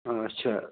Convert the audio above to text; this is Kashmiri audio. آچھا